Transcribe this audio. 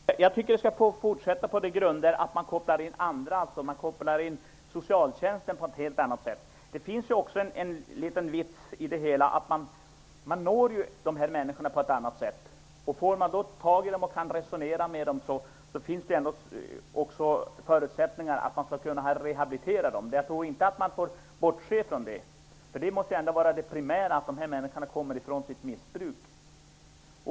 Fru talman! Jag tycker att det skall få fortsätta på de grunder att man kopplar in socialtjänsten på ett helt annat sätt. Det finns också en liten poäng i det hela. Man når de här människorna på ett helt annat sätt, och om man kan resonera med dem finns det också förutsättningar för att man kan rehabilitera dem. Det kan man inte bortse ifrån. Det måste ändå vara det primära, att dessa människor kommer ifrån sitt missbruk.